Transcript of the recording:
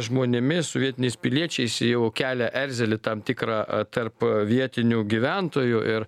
žmonėmis su vietiniais piliečiais jau kelia erzelį tam tikrą tarp vietinių gyventojų ir